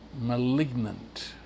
malignant